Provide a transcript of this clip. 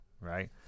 right